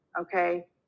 okay